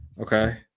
okay